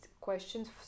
questions